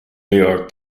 york